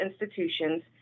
institutions